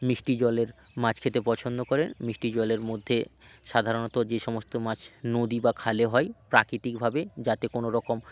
মিষ্টি জলের মাছ খেতে পছন্দ করেন মিষ্টি জলের মধ্যে সাধারণত যে সমস্ত মাছ নদী বা খালে হয় প্রাকৃতিকভাবে যাতে কোনো রকম